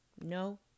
No